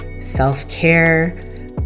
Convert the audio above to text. self-care